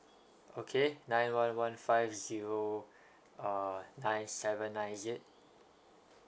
okay nine one one five zero uh nine seven nine is it